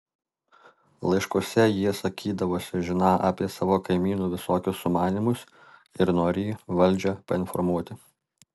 laiškuose jie sakydavosi žiną apie savo kaimynų visokius sumanymus ir norį valdžią painformuoti